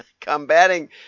Combating